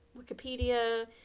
Wikipedia